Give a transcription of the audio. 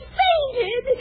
fainted